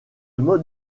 mode